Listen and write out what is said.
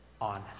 on